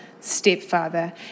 stepfather